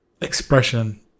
expression